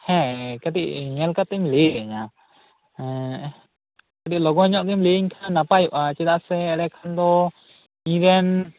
ᱦᱮᱸ ᱠᱟᱹᱴᱤᱡ ᱧᱮᱞ ᱠᱟᱛᱮᱢ ᱞᱟ ᱭᱟ ᱧᱟ ᱦᱮᱸ ᱠᱟ ᱴᱤᱡ ᱞᱚᱜᱚᱱ ᱧᱚᱜ ᱜᱮᱢ ᱞᱟ ᱭᱟ ᱧ ᱠᱟᱱᱟ ᱱᱟᱯᱟᱭᱚᱜᱼᱟ ᱪᱮᱫᱟᱜ ᱥᱮ ᱮᱱᱰᱮᱠᱷᱟᱱ ᱫᱚ ᱤᱧᱨᱮᱱ